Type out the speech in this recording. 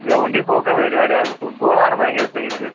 ground പോക്കാണ് പരിപാടി ആൾക്ക് ഫുട്ബോൾ ആണ് ഭയങ്കര ക്രേസ്